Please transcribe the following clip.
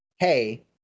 hey